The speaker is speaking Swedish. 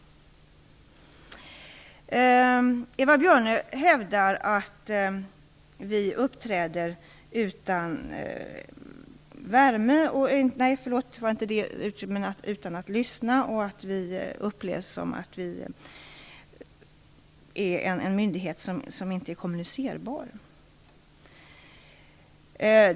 Eva Björne hävdar att vi uppträder utan att lyssna och att vi upplevs som en myndighet som inte är kommunicerbar.